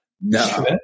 No